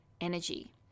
energy